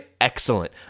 excellent